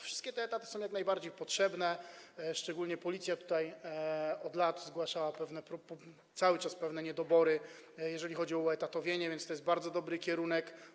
Wszystkie te etaty są jak najbardziej potrzebne, szczególnie Policja od lat, cały czas, zgłasza pewne niedobory, jeżeli chodzi o uetatowienie, więc to jest bardzo dobry kierunek.